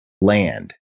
land